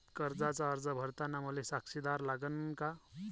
कर्जाचा अर्ज करताना मले साक्षीदार लागन का?